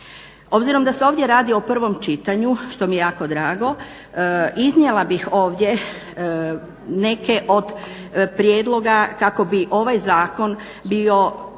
Obzirom da se ovdje radi o prvom čitanju što mi je jako drago iznijela bih ovdje neke od prijedloga kako bi ovaj zakon bio